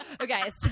Okay